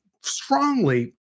strongly